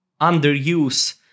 underuse